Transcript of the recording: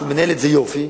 ומנהל את זה יופי,